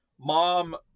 mom